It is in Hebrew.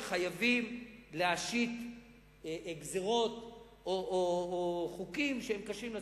נכון שחייבים להשית גזירות או חוקים שהם קשים לציבור,